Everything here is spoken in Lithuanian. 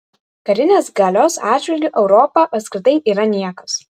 karinės galios atžvilgiu europa apskritai yra niekas